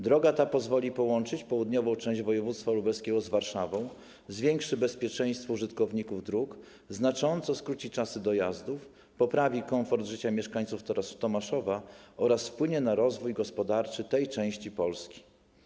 Droga ta pozwoli połączyć południową część województwa lubelskiego z Warszawą, zwiększy bezpieczeństwo użytkowników dróg, znacząco skróci czasy dojazdów, poprawi komfort życia mieszkańców Tomaszowa oraz wpłynie na rozwój gospodarczy tej części Polski.